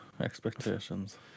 expectations